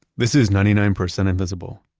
this is ninety nine percent invisible.